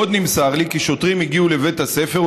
עוד נמסר לי כי שוטרים הגיעו לבית הספר,